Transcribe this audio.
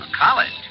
College